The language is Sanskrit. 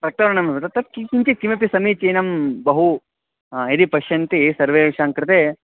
रक्तवर्णमेव तत्तत् किञ्चित् किमपि समीचीनं बहु यदि पश्यन्ति सर्वेषां कृते